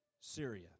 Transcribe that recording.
Syria